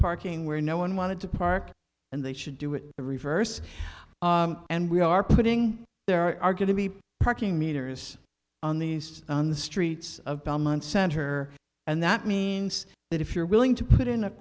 parking where no one wanted to park and they should do it in reverse and we are putting there are going to be parking meters on these on the streets of belmont center and that means that if you're willing to put in a